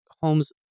Holmes